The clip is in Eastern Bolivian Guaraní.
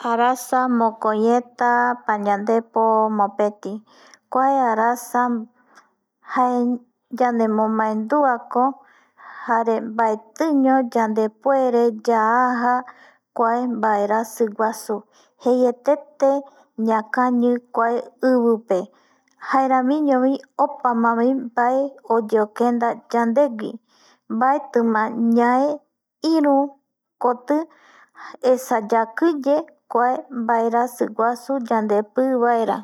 Arasa mokoieta pañandepo mopeti, kua arasa jae yandemo mandua ko jare vaetiño yande puere yaja kua vaerasi guasu jeietete ñakañi ivipe jaeraviño vi opama vae oyeokenda yandegüi mbaeti ma ñai iru ko ti esa yakiye kua vaerasi guasu güi